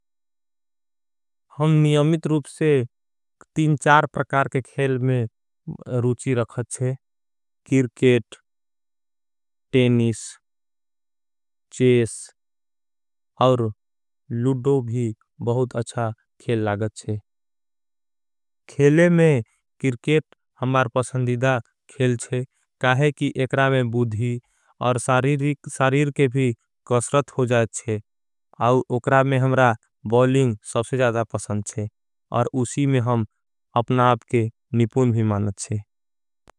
हम नियमित रूप से प्रकार के खेल में रूची रखते हैं। किर्केट, टेनिस, चेस और लुडो भी बहुत अच्छा खेल। लागते हैं खेले में किर्केट हमारे पसंदीदा खेल है क्या है। कि एकरा में बुद्धी और सारीर के भी कश्रत हो जाएच्छे। एकरा में हमरा बॉलिंग सबसे ज़्यादा पसंद छे। और उसी में हम अपना आपके निपून भी मानच्छे।